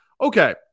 Okay